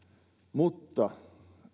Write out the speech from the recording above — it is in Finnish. mutta